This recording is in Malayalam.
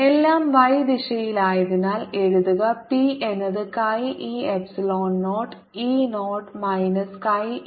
എല്ലാം y ദിശയിലായതിനാൽ എഴുതുക p എന്നത് chi e epsilon 0 E 0 minus chi e p over 2